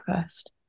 first